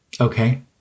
Okay